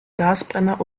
gasbrenner